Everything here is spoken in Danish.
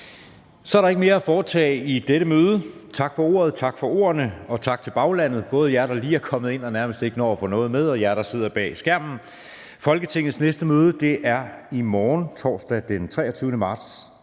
Så er der ikke mere at foretage i dette møde. Tak for ordet, tak for ordene, og tak til baglandet, både jer, der lige er kommet ind og nærmest ikke når at få noget med, og jer, der sidder bag skærmen. Folketingets næste møde afholdes i morgen, torsdag den 23. marts